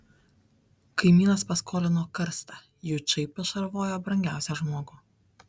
kaimynas paskolino karstą jučai pašarvojo brangiausią žmogų